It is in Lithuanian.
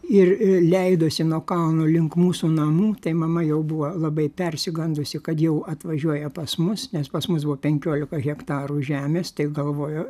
ir leidosi nuo kalno link mūsų namų tai mama jau buvo labai persigandusi kad jau atvažiuoja pas mus nes pas mus buvo penkiolika hektarų žemės tai galvojo